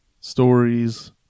stories